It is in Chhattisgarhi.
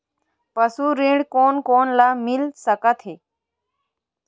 पशु ऋण कोन कोन ल मिल सकथे?